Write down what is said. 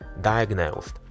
diagnosed